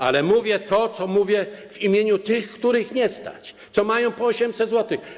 Ale mówię to, co mówię, w imieniu tych, których nie stać, którzy mają po 800 zł.